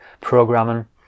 programming